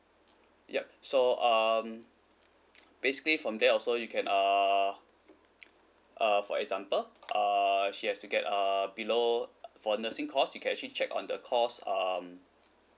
yup so um basically from there also you can err err for example err she has to get err below for nursing course you can actually check on the course um